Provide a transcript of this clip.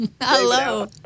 Hello